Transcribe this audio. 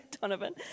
Donovan